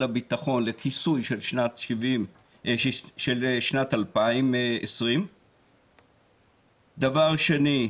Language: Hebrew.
הביטחון לכיסוי של שנת 2020. דבר שני,